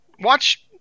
Watch